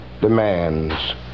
demands